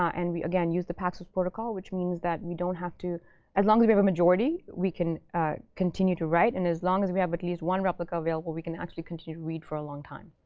and we, again, use the paxos protocol, which means that we don't have to as long as we have a majority, we can continue to write. and as long as we have at least one replica available, we can actually continue to read for a long time.